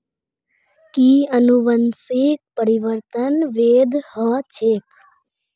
कि अनुवंशिक परिवर्तन वैध ह छेक